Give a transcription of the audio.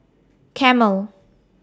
Camel